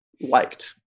liked